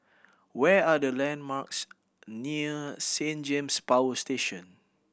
where are the landmarks near Saint James Power Station